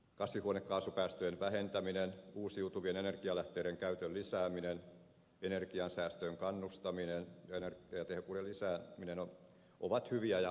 kasvihuonekaasupäästöjen vähentäminen uusiutuvien energialähteiden käytön lisääminen energiansäästöön kannustaminen ja energiatehokkuuden lisääminen ovat hyviä ja kannatettavia asioita